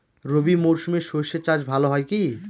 রবি মরশুমে সর্ষে চাস ভালো হয় কি?